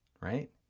right